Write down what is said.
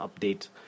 update